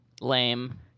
Lame